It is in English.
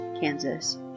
Kansas